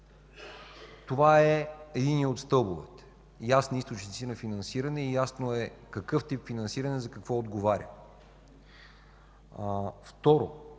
Това е единият от стълбовете – ясни източници на финансиране. Ясно е какъв тип финансиране за какво отговаря. Втората